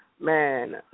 Man